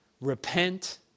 Repent